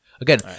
Again